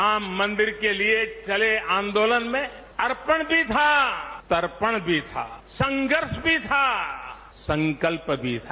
राम मंदिर के लिए चले आंदोलन में अर्पण भी था तर्पण भी था संघर्ष भी था संकल्प भी था